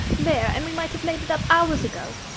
there, and we might have made it up hours ago.